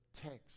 text